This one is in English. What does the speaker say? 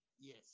yes